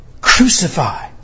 Crucify